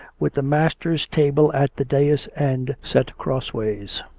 with the master's table at the dais end set cross-ways.